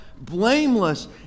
blameless